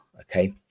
okay